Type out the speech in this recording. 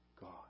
God